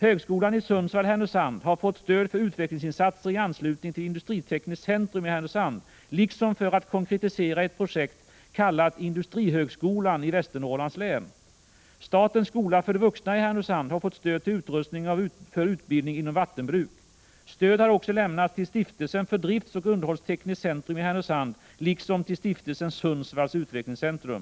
Högskolan i Sundsvall 86:103 lands län. Statens skola för vuxna i Härnösand har fått stöd till utrustning för 1 april 1986 utbildning inom vattenbruk. Stöd har också lämnats till Stiftelsen för Drifts och underhållstekniskt centrum i Härnösand, liksom till Stiftelsen Sundsvalls Om befelkalngs: )& utvecklingen utvecklingscentrum.